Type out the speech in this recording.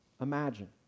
imagine